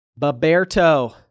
Baberto